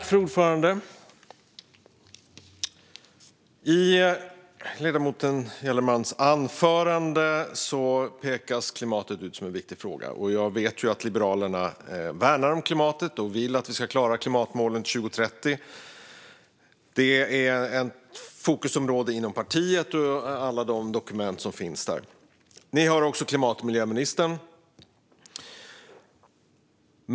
Fru talman! I ledamoten Gellermans anförande pekas klimatet ut som en viktig fråga. Jag vet att Liberalerna värnar klimatet och vill att vi ska klara klimatmålen till 2030. Det är ett fokusområde inom partiet och i alla de dokument som finns där. Ni har också klimat och miljöministern.